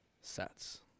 sets